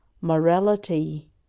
morality